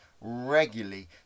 regularly